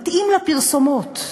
מתאים לפרסומות,